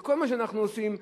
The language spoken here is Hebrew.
שכל מה שאנחנו עושים,